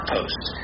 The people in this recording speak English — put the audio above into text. Post